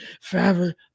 forever